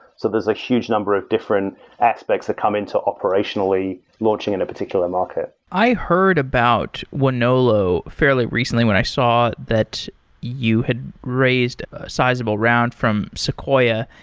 so there're a huge number of different aspects that come into operationally launching in a particular market. i heard about wonolo fairly recently when i saw that you had raised a sizable round from sequoia,